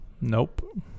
Nope